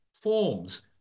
forms